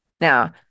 Now